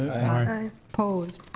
aye. opposed?